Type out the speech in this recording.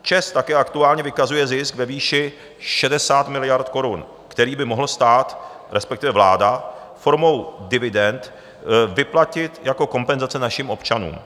ČEZ také aktuálně vykazuje zisk ve výši 60 miliard korun, který by mohl stát, respektive vláda, formou dividend vyplatit jako kompenzace našim občanům.